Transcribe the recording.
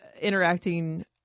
interacting